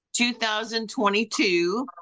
2022